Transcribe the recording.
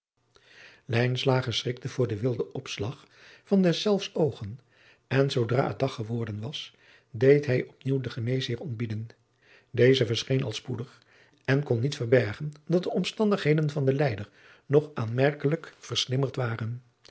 schrikte voor den wilden opslag van deszelfs oogen en zoodra het dag geworden was deed hij adriaan loosjes pzn het leven van maurits lijnslager op nieuw den geneesheer ontbieden deze verscheen al spoedig en kon niet verbergen dat de omstandigheden van den lijder nog aanmerkelijk verslimmerd waren